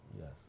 Yes